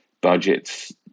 budgets